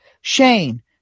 Shane